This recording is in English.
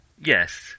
Yes